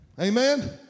Amen